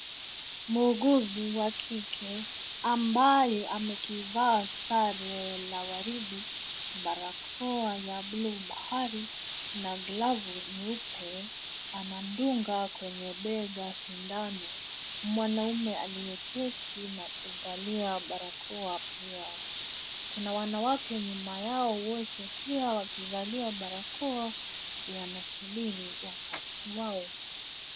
Muuguzi wa kike ambaye amekivaa sare la waridi, barakoa ya buluu bahari na glavu nyeupe anamdunga kwa bega sindano, mwanaume aliyeketi na kuvalia barakoa pia. Kuna wanawake nyuma yao wote pia wakivalia barakoa, wanasubiri wakati wao.